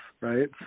right